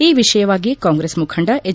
ಈ ವಿಷಯವಾಗಿ ಕಾಂಗ್ರೆಸ್ ಮುಖಂಡ ಎಚ್